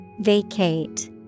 Vacate